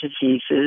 Diseases